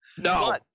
No